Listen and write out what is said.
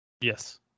Yes